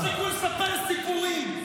תפסיקו לספר סיפורים.